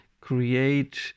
create